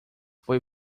foi